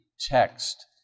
text